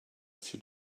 few